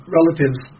relatives